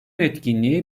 etkinliği